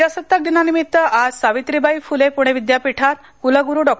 प्रजासत्ताकदिनानिमित आज सावित्रीबाई फुले पुणे विद्यापीठात कुलगुरु डॉ